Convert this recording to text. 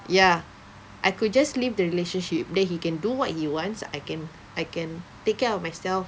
ya I could just leave the relationship then he can do what he wants I can I can take care of myself